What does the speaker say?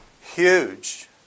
huge